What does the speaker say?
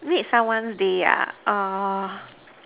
make someone's day ah err